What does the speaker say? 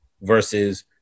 versus